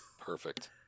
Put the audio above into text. Perfect